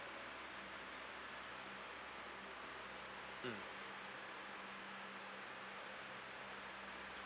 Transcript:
mm